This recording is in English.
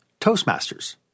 Toastmasters